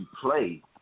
play